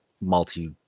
multi